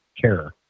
care